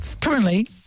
currently